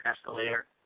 escalator